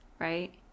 right